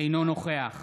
אינו נוכח